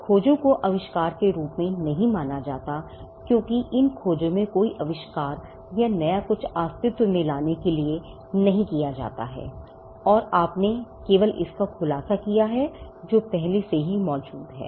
खोजों को आविष्कार के रूप में नहीं माना जाता है क्योंकि खोजों में कोई आविष्कार या कुछ नया आस्तित्व में लाने के लिए नहीं किया जाता है और आपने केवल इसका खुलासा किया है जो पहले से ही मौजूद है